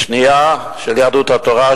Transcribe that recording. השנייה של יהדות התורה,